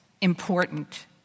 important